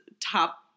top